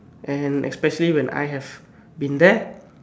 and especially when I have been there